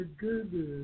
goodness